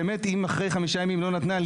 אם באמת אחרי חמישה ימים לא נתנה,